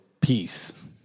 Peace